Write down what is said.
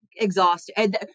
exhausted